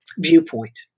viewpoint